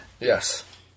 Yes